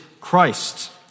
Christ